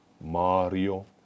Mario